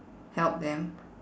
help them